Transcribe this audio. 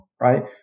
Right